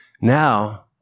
Now